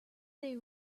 they